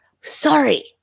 Sorry